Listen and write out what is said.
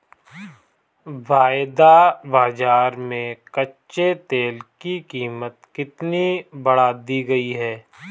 वायदा बाजार में कच्चे तेल की कीमत कितनी बढ़ा दी गई है?